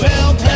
Help